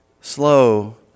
slow